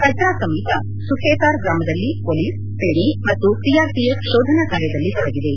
ಕಟ್ರಾ ಸಮೀಪ ಸುಖೇತಾರ್ ಗ್ರಾಮದಲ್ಲಿ ಪೋಲಿಸ್ ಸೇನೆ ಮತ್ತು ಸಿಆರ್ಪಿಎಫ್ ಶೋಧನಾ ಕಾರ್ಯದಲ್ಲಿ ತೊಡಗಿದೆ